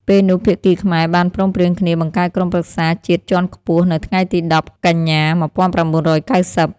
ពេលនោះភាគីខ្មែរបានព្រមព្រៀងគ្នាបង្កើតក្រុមប្រឹក្សាជាតិជាន់ខ្ពស់ នៅថ្ងៃទី១០ កញ្ញា ១៩៩០ ។